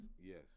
Yes